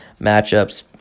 matchups